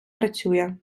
працює